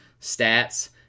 stats